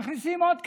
מכניסים עוד כסף.